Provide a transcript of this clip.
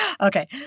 Okay